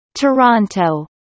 Toronto